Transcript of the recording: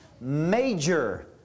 major